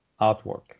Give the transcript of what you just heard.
artwork